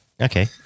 Okay